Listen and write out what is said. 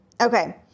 Okay